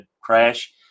crash